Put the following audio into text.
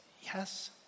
yes